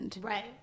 Right